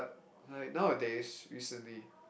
like nowadays recently